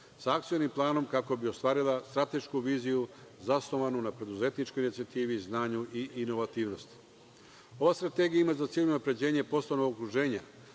sa akcionim planom, kako bi ostvarila stratešku viziju zasnovanu na preduzetničkoj inicijativi i znanju i inovativnosti. Ova strategija ima za cilj unapređenje poslovnog okruženja,